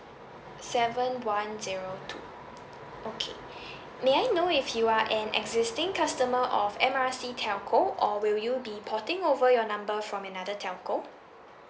seven one zero two okay may I know if you are an existing customer of M R C telco or will you be pouting over your number from another telco